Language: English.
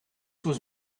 was